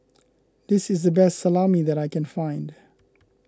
this is the best Salami that I can find